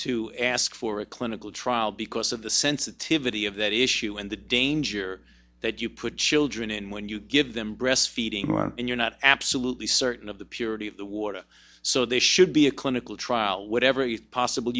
to ask for a clinical trial because of the sensitivity of that issue and the danger that you put children in when you give them breastfeeding and you're not absolutely certain of the purity of the water so they should be a clinical trial whatever you possible